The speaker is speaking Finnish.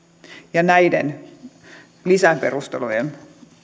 ja näiden lisäperustelujen